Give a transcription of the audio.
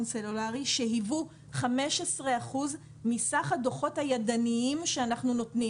סלולרי שהיוו 15 אחוזים מסך הדוחות הידניים שאנחנו נותנים.